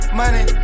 money